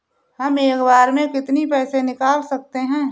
हम एक बार में कितनी पैसे निकाल सकते हैं?